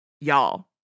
y'all